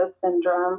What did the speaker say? Syndrome